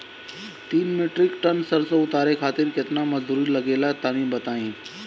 तीन metric tonne सरसो उतारे खातिर केतना मजदूरी लगे ला तनि बताई?